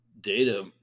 data